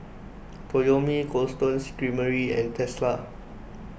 Toyomi Cold Stone Creamery and Tesla